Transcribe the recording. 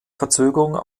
verzögerung